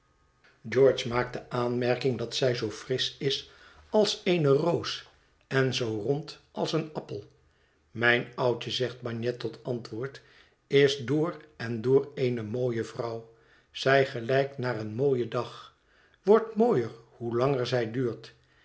george maakt de aanmerking dat zij zoo frisch is als eene roos en zoo rond als een appel mijn oudje zegt bagnet tot antwoord is door en door eene mooie vrouw zij gelijkt naar een mooien dag wordt mooier hoe langer zij duurt